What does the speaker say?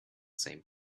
same